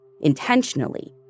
intentionally